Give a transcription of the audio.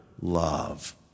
love